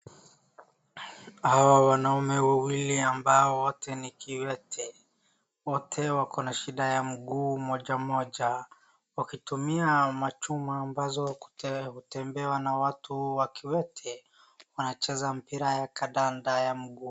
Hawa wanaume wawili ambao wote ni kiwete, wote wako na shida ya mguu moja moja, wakitumia machuma ambazo hutembewa na watu wa kiwete, wanacheza mpira ya kandanda ya mguu.